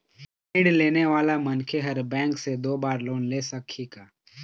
ऋण लेने वाला मनखे हर बैंक से दो बार लोन ले सकही का?